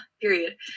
period